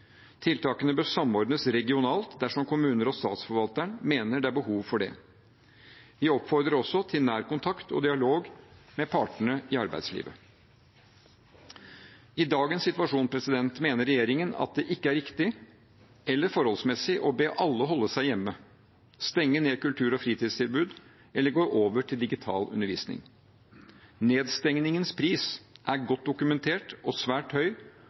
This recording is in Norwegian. Tiltakene bør samordnes regionalt dersom kommuner og statsforvalteren mener det er behov for det. Vi oppfordrer også til nær kontakt og dialog med partene i arbeidslivet. I dagens situasjon mener regjeringen at det ikke er riktig, eller forholdsmessig, å be alle holde seg hjemme, stenge ned kultur- og fritidstilbud eller å gå over til digital undervisning. Nedstengningens pris er godt dokumentert og svært høy,